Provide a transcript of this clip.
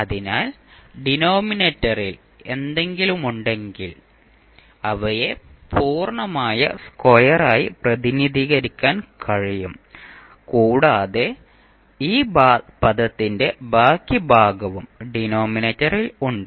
അതിനാൽ ഡിനോമിനേറ്ററിൽ എന്തെങ്കിലുമുണ്ടെങ്കിൽ അവയെ പൂർണ്ണമായ സ്ക്വയറായി പ്രതിനിധീകരിക്കാൻ കഴിയും കൂടാതെ ഈ പദത്തിന്റെ ബാക്കി ഭാഗവും ഡിനോമിനേറ്ററിൽ ഉണ്ട്